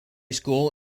school